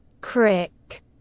Crick